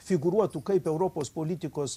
figūruotų kaip europos politikos